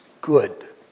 good